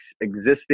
existing